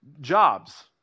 Jobs